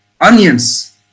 onions